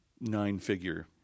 nine-figure